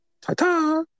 Ta-ta